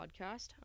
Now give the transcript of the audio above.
podcast